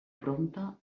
prompte